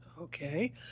okay